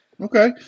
Okay